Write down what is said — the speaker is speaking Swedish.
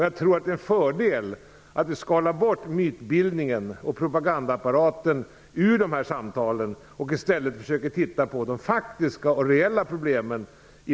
Jag tror att det är en fördel om vi skalar bort mytbildningen och propagandaapparaten från de här samtalen och i stället försöker titta på de faktiska och reella problemen.